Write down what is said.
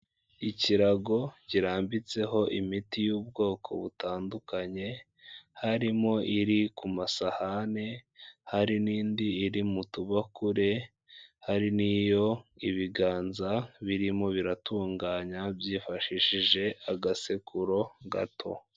Ikirago kirambitseho imiti y'ubwoko butandukanye, harimo iri ku masahani, hari n'indi iri mu tubakure, hari n'iyo ibiganza birimo biratunganya byifashishije agasekuro gato.